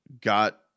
got